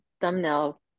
thumbnail